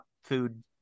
food